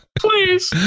please